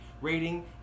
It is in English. rating